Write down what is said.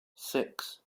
six